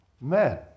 men